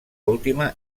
última